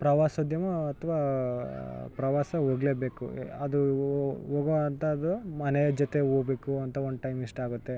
ಪ್ರವಾಸೋದ್ಯಮ ಅಥ್ವ ಪ್ರವಾಸ ಹೋಗ್ಲೇಬೇಕು ಅದು ಹೋಗೋವಂಥದ್ದು ಮನೆಯ ಜತೆ ಹೋಬೇಕು ಅಂತ ಒಂದು ಟೈಮ್ ಇಷ್ಟ ಆಗುತ್ತೆ